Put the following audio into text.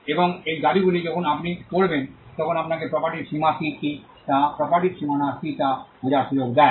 এবং এই দাবীগুলি যখন আপনি পড়বেন তখন আপনাকে প্রপার্টির সীমা কী কী তা প্রপার্টির সীমানা কী তা বোঝার সুযোগ দেয়